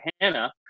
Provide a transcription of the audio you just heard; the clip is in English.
Hannah